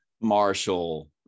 Marshall